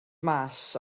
mas